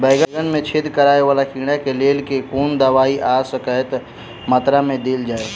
बैंगन मे छेद कराए वला कीड़ा केँ लेल केँ कुन दवाई आ कतेक मात्रा मे देल जाए?